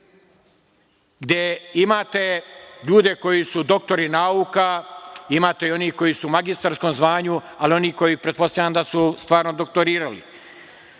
gde imate ljude koji su doktori nauka, imate i onih koji su u magistarskom zvanju, ali i onih koji pretpostavljam da su stvarno doktorirali. Kada